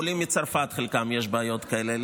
לחלק מהעולים מצרפת יש בעיות כאלה,